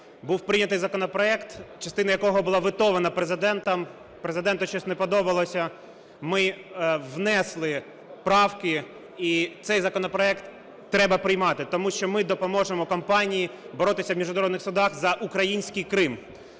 Був прийнятий законопроект, частина якого була ветована Президентом, Президенту щось не подобалося. Ми внесли правки і цей законопроект треба приймати, тому що ми допоможемо компанії боротися в міжнародних судах за український Крим.